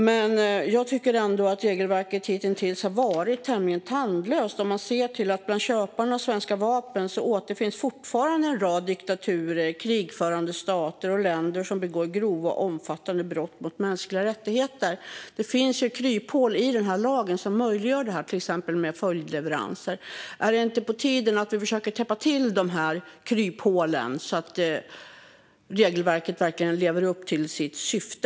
Men jag tycker att regelverket hittills har varit tämligen tandlöst: Bland köparna av svenska vapen återfinns fortfarande en rad diktaturer, krigförande stater och länder som begår grova och omfattande brott mot mänskliga rättigheter. Det finns kryphål i lagen som möjliggör detta, till exempel detta med följdleveranser. Är det inte på tiden att vi försöker täppa till dessa kryphål så att regelverket verkligen lever upp till sitt syfte?